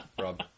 Rob